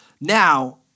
Now